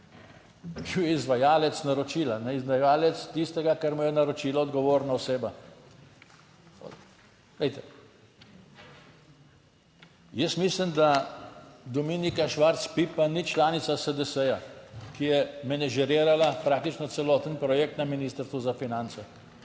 Bil je izvajalec naročila, izdajalec tistega, kar mu je naročila odgovorna oseba. Glejte, jaz mislim, da Dominika Švarc Pipan ni članica SDS, ki je menedžerirala praktično celoten projekt na Ministrstvu za pravosodje.